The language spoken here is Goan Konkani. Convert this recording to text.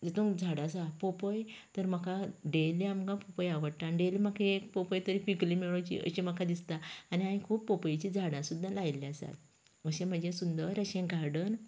हेतूंत झाडां आसात पोपय तर म्हाका डेली आमकां पोपय आवडटा आनी डेली म्हाका एक पोपय पिकील्ली मेळची अशें म्हाका दिसता आनी हांवेन खूब पोपयची झाडां सुद्दां लायिल्ली आसात अशें म्हाजे सुंदर अशें गार्डन